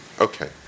okay